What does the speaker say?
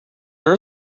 our